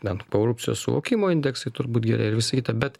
bent korupcijos suvokimo indeksai turbūt gerėja ir visa kita bet